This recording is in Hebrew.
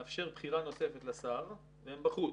לאפשר בחירה נוספת לשר והם בחוץ.